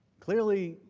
clearly,